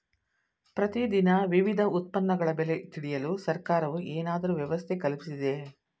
ಪ್ರತಿ ದಿನ ವಿವಿಧ ಉತ್ಪನ್ನಗಳ ಬೆಲೆ ತಿಳಿಯಲು ಸರ್ಕಾರವು ಏನಾದರೂ ವ್ಯವಸ್ಥೆ ಕಲ್ಪಿಸಿದೆಯೇ?